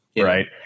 Right